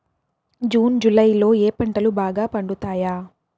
June July లో ఏ పంటలు బాగా పండుతాయా?